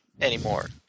anymore